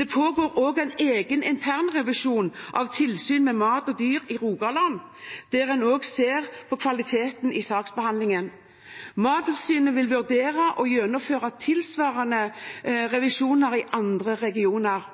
Det pågår også en egen internrevisjon av tilsyn med mat og dyr i Rogaland, der en også ser på kvaliteten i saksbehandlingen. Mattilsynet vil vurdere å gjennomføre tilsvarende revisjoner i andre regioner.